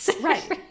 Right